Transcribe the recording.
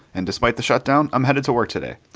and despite the shutdown, i'm headed to work today.